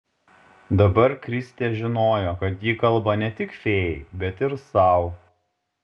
dabar kristė žinojo kad ji kalba ne tik fėjai bet ir sau